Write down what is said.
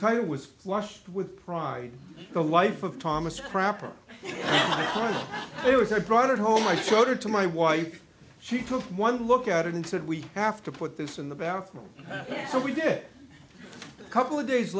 title was flushed with pride the life of thomas crapper it was i brought it home i showed it to my wife she took one look at it and said we have to put this in the bathroom so we did a couple of days